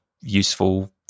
useful